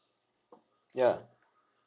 ya